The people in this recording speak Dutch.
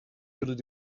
zullen